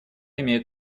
имеет